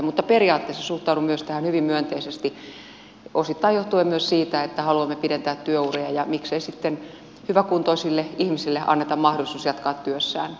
mutta periaatteessa suhtaudun myös tähän hyvin myönteisesti osittain johtuen myös siitä että haluamme pidentää työuria ja miksei sitten hyväkuntoisille ihmisille anneta mahdollisuus jatkaa työssään